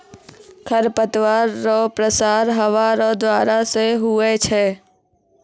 खरपतवार रो प्रसार हवा रो द्वारा से हुवै छै